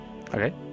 Okay